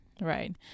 right